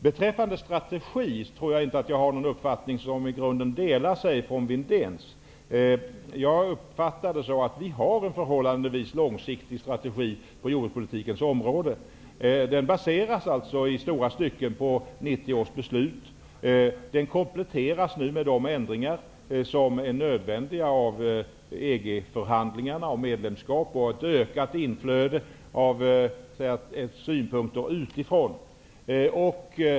Beträffande en strategi, tror jag inte att jag har någon uppfattning som i grunden skiljer sig från Christer Windéns. Jag uppfattar det som att vi har en förhållandevis långsiktig strategi på jordbrukspolitikens område. Den baseras alltså i stora stycken på 1990 års beslut. Den kompletteras nu med de ändringar som är nödvändiga med tanke på förhandlingarna om ett EG-medlemskap och ett ökat inflöde av synpunkter utifrån.